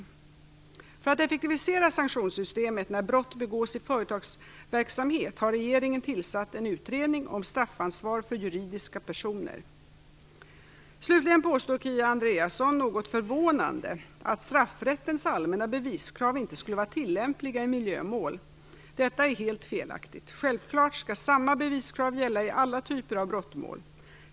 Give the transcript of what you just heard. För att effektivisera sanktionssystemet när brott begås i företagsverksamhet har regeringen tillsatt en utredning om straffansvar för juridiska personer. Slutligen påstår Kia Andreasson, något förvånande, att straffrättens allmänna beviskrav inte skulle vara tillämpliga i miljömål. Detta är helt felaktigt. Självklart skall samma beviskrav gälla i alla typer av brottmål.